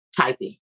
typing